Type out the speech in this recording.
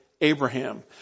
Abraham